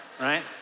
right